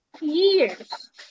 years